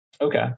okay